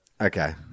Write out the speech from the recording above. Okay